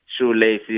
shoelaces